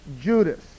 Judas